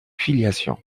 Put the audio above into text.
filiation